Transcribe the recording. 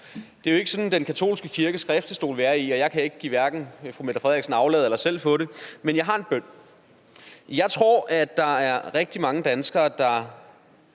Det er jo ikke sådan, at det er den katolske kirkes skriftestol, vi er på, og jeg kan hverken give fru Mette Frederiksen aflad eller selv få det, men jeg har en bøn. Jeg tror, der er rigtig mange danskere, der